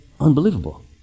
unbelievable